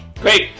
great